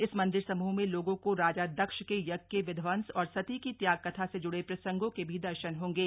इस मंदिर समूह में लोगों को राजा दक्ष के यज्ञ के विध्वंस और सती की त्याग कथा से जुड़े प्रसंगों के भी दर्शन होंगे